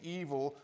evil